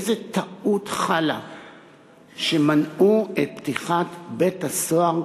איזו טעות חלה שמנעו את פתיחת בית-הסוהר